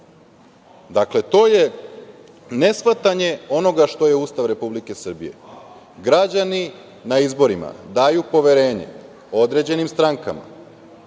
Dakle, to je neshvatanje onoga šta je Ustav Republike Srbije. Građani na izborima daju poverenje određenim strankama